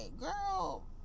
girl